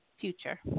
future